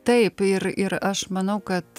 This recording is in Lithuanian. taip ir ir aš manau kad